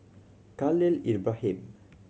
Khalil Ibrahim